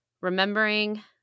remembering